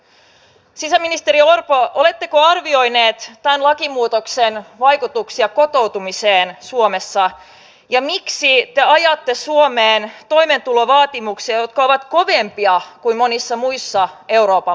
sisäministeri orpo oletteko arvioineet tämän lakimuutoksen vaikutuksia kotoutumiseen suomessa ja miksi te ajatte suomeen toimeentulovaatimuksia jotka ovat kovempia kuin monissa muissa euroopan maissa